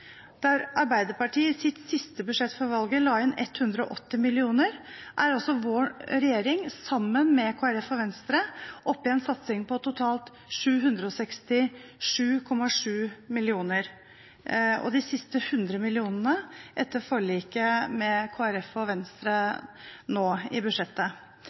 Der Arbeiderpartiet i sitt siste budsjett før valget la inn 180 mill. kr, er vår regjering, sammen med Kristelig Folkeparti og Venstre, oppe i en satsing på totalt 767,7 mill. kr – de siste hundre millionene etter forliket med Kristelig Folkeparti og Venstre nå i budsjettet.